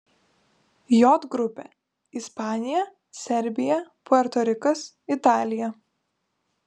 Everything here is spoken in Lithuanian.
j grupė ispanija serbija puerto rikas italija